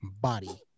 body